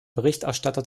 berichterstatter